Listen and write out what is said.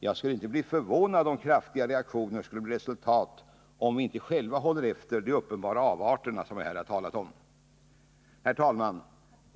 Jag skulle inte bli förvånad om kraftiga reaktioner skulle bli resultatet om vi inte själva håller efter de uppenbara avarter som jag talat om. Herr talman!